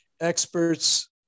experts